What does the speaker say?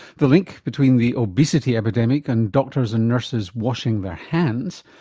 the link between the obesity epidemic and doctors and nurses washing their hands.